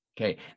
Okay